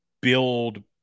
build